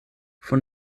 von